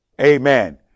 amen